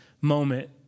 moment